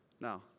Now